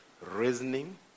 Reasoning